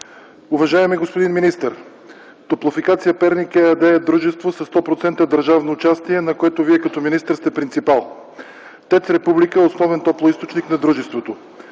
уважаеми господин министър! „Топлофикация - Перник” ЕАД е дружество със 100% държавно участие, на което Вие като министър сте принципал. ТЕЦ „Република” е основен топлоизточник на дружеството.